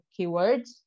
keywords